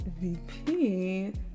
VP